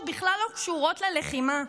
שבכלל לא קשורות ללחימה.